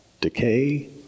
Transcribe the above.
decay